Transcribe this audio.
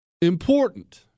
important